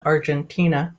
argentina